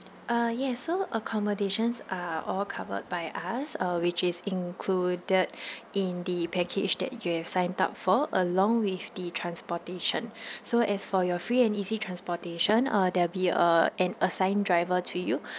uh yes so accommodations are all covered by us uh which is included in the package that you have signed up for along with the transportation so as for your free and easy transportation uh there'll be a an assigned driver to you